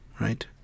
Right